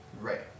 Right